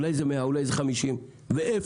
אולי זה 100, אולי זה 50. ואיפה,